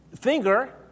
finger